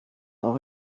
all